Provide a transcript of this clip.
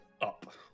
up